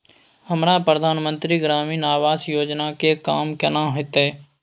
हमरा प्रधानमंत्री ग्रामीण आवास योजना के काम केना होतय?